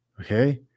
Okay